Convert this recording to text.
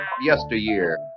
Yesteryear